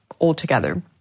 altogether